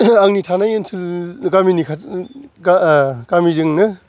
आंनि थानाय ओनसोल गामिनि खाथि गामिजोंनो